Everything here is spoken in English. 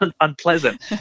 unpleasant